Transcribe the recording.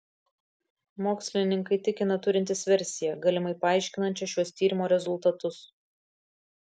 mokslininkai tikina turintys versiją galimai paaiškinančią šiuos tyrimo rezultatus